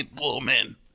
woman